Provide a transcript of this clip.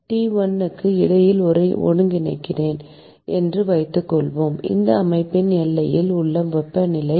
T1 க்கு இடையில் ஒருங்கிணைக்கிறேன் என்று வைத்துக்கொள்வோம் இந்த அமைப்பின் எல்லையில் உள்ள வெப்பநிலை